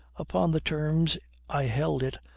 upon the terms i held it,